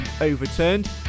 overturned